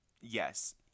Yes